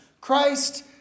Christ